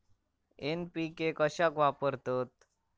NPK कशाक वापरतत?